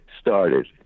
started